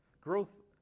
Growth